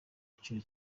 cyiciro